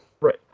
Right